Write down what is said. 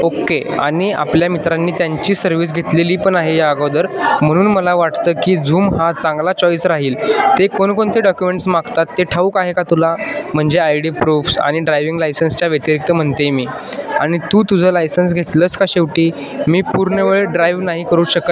okay आनि आपल्या मित्रांनी त्यांची सर्विस घेतलेली पण आहे या अगोदर म्हणून मला वाटतं की झूम हा चांगला चॉईस राहील ते कोणकोणते डॉक्युमेंट्स मागतात ते ठाऊक आहे का तुला म्हणजे आय डी प्रूफ्स आणि ड्रायविंग लायसन्सच्या व्यतिरिक्त म्हणते मी आणि तू तुझं लायसन्स घेतलंस का शेवटी मी पूर्ण वेळ ड्राइव नाही करू शकत